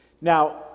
Now